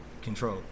control